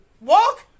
Walk